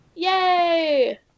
Yay